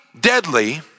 deadly